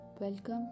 Welcome